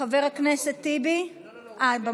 חבר הכנסת טיבי, אתה במקום.